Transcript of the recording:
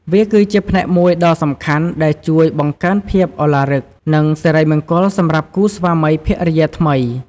វាគឺជាផ្នែកមួយដ៏សំខាន់ដែលជួយបង្កើនភាពឱឡារិក និងសិរីមង្គលសម្រាប់គូស្វាមីភរិយាថ្មី។